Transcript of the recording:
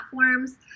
platforms